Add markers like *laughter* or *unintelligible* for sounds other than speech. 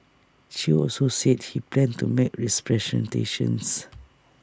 chew also said he plans to make *unintelligible*